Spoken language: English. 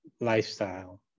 lifestyle